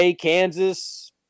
kansas